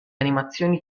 animazioni